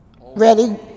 Ready